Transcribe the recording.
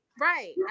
right